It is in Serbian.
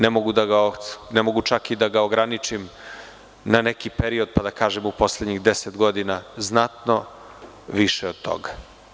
Ne mogu čak ni da ga ograničim na neki period, pa da kažem – u poslednjih 10 godina, znatno više od toga.